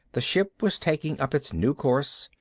the ship was taking up its new course,